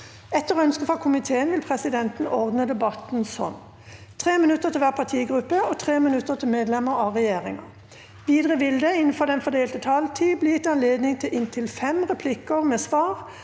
og omsorgskomiteen vil presidenten ordne debatten slik: 3 minutter til hver partigruppe og 3 minutter til medlemmer av regjeringen. Videre vil det – innenfor den fordelte taletid – bli gitt anledning til inntil sju replikker med svar